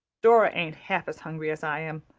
dora ain't half as hungry as i am.